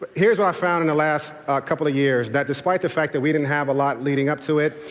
but here's what i found the and last couple of years, that despite the fact that we didn't have a lot leading up to it,